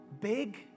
big